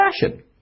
fashion